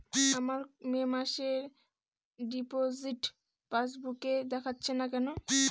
আমার মে মাসের ডিপোজিট পাসবুকে দেখাচ্ছে না কেন?